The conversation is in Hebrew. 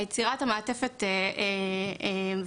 יצירת המעטפת והשגרה.